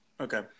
Okay